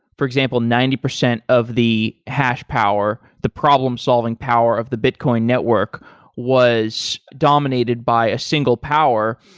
for example ninety percent of the hash power, the problem solving power of the bitcoin network was dominated by a single power,